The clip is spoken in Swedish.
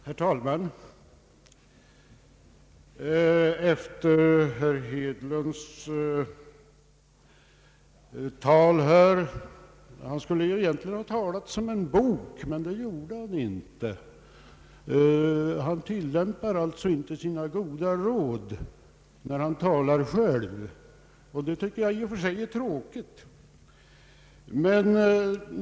Herr talman! Herr Hedlund skulle egentligen ha talat som en bok, men det gjorde han inte. Han tillämpar alltså inte sina goda råd när han talar själv, och det tycker jag i och för sig är tråkigt.